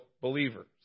believers